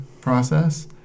process